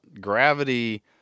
gravity